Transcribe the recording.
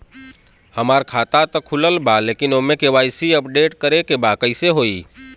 हमार खाता ता खुलल बा लेकिन ओमे के.वाइ.सी अपडेट करे के बा कइसे होई?